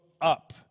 up